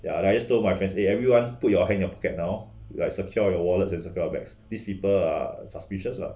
yeah and I told my friend say everyone put your hand in your pocket now like secure your wallets and secure your bags these people are suspicious lah